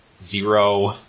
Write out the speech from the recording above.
Zero